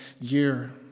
year